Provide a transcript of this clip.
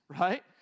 right